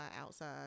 outside